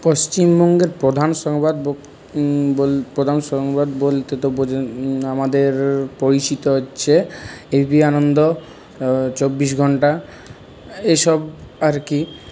পশ্চিমবঙ্গের প্রধান সংবাদ প্রধান সংবাদ বলতে তো বোঝায় আমাদের পরিচিত হচ্ছে এবিপি আনন্দ চব্বিশ ঘন্টা এইসব আর কি